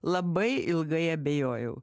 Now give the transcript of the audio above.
labai ilgai abejojau